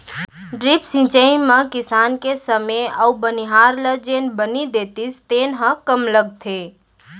drip सिंचई म किसान के समे अउ बनिहार ल जेन बनी देतिस तेन ह कम लगथे